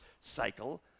cycle